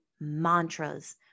mantras